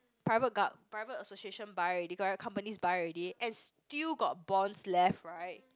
private go~ private associations buy already correct companies buy already and still got bonds left right